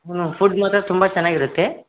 ಹ್ಞೂ ಫುಡ್ ಮಾತ್ರ ತುಂಬಾ ಚೆನ್ನಾಗಿರುತ್ತೆ